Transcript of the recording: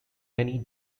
many